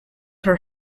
her